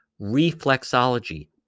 reflexology